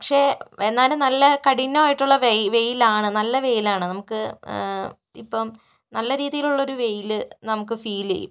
പക്ഷെ എന്നാലും നല്ല കഠിനമായിട്ടുള്ള വെയിലാണ് നല്ല വെയിലാണ് നമുക്ക് ഇപ്പോൾ നല്ല രീതിയിലുള്ളൊരു വെയില് നമുക്ക് ഫീല് ചെയ്യും